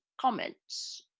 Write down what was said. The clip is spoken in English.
comments